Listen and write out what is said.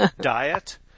diet